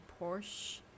Porsche